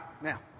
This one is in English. now